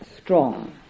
strong